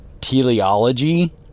teleology